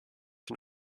den